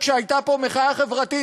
כשהייתה פה מחאה חברתית.